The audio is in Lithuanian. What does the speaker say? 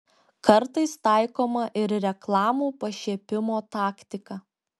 kartais taikoma ir reklamų pašiepimo taktika